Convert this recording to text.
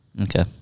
Okay